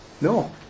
No